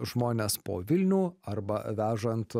žmones po vilnių arba vežant